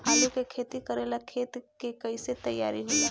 आलू के खेती करेला खेत के कैसे तैयारी होला?